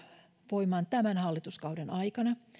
voimaan tämän hallituskauden aikana